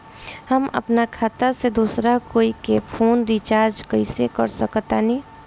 हम अपना खाता से दोसरा कोई के फोन रीचार्ज कइसे कर सकत बानी?